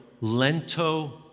lento